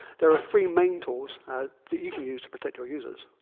there are free main tools that you can use to protect your users.